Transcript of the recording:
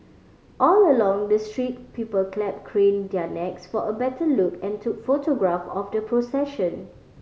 all along the street people clapped craned their necks for a better look and took photograph of the procession